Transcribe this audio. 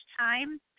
time